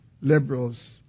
liberals